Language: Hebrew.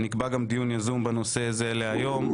נקבע גם דיון יזום בנושא זה להיום,